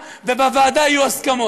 הוא שואף לסיים.